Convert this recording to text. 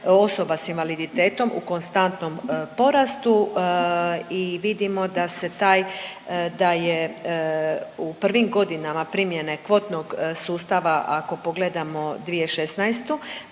osoba s invaliditetom u konstantnom porastu i vidimo da se taj, da je u prvim godinama primjene kvotnog sustava ako pogledamo 2016.